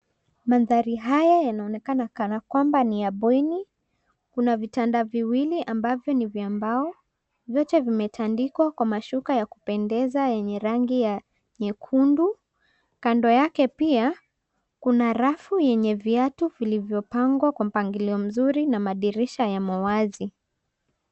Mandhari haya yanaonekana kana kwamba ni ya bweni. Kuna vitanda viwili ambavyo ni vya mbao, vyote vimetandikwa kwa mashuka ya kupendeza yenye rangi ya nyekundu. Kando yake pia, kuna rafu yenye viatu vilivyopangwa kwa mpangilio mzuri na madirisha yamo wazi.